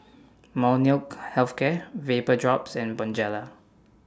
Molnylcke Health Care Vapodrops and Bonjela